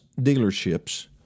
dealerships